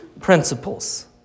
principles